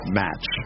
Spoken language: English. match